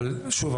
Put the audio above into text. אבל שוב,